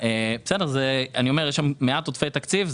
אני אומר שיש שם מעט עודפי תקציב.